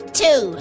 two